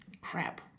Crap